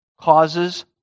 causes